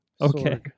Okay